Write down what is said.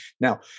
Now